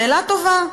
שאלה טובה,